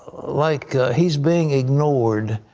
like he is being ignored,